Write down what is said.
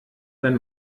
wenn